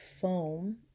foam